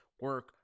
Work